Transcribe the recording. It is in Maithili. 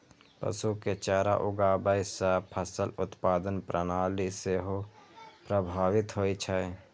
पशु के चारा उगाबै सं फसल उत्पादन प्रणाली सेहो प्रभावित होइ छै